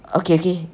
okay okay